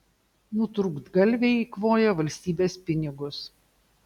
nutrūktgalviai eikvoja valstybės pinigus